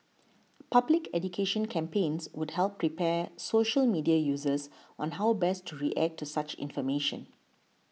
public education campaigns would help prepare social media users on how best to react to such information